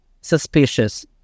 suspicious